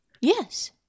Yes